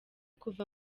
kuva